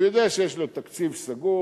הוא יודע שיש לו תקציב סגור.